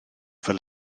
fel